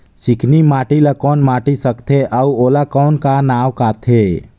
चिकनी माटी ला कौन माटी सकथे अउ ओला कौन का नाव काथे?